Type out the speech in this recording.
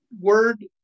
word